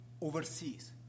overseas